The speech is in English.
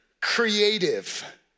creative